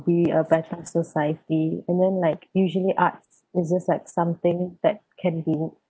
be a better society and then like usually arts is just like something that can be